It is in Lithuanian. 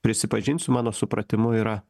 prisipažinsiu mano supratimu yra